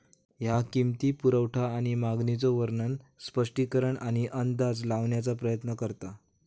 ह्या किंमती, पुरवठा आणि मागणीचो वर्णन, स्पष्टीकरण आणि अंदाज लावण्याचा प्रयत्न करता